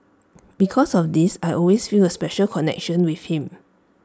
because of this I always feel A special connection with him